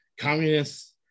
Communists